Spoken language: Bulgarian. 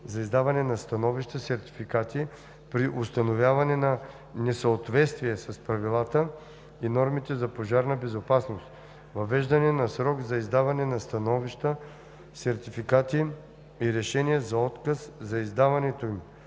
за издаване на становища/сертификати при установяване на несъответствие с правилата и нормите за пожарна безопасност, въвеждане на срок за издаване на становища/сертификати и на решения за отказ за издаването им,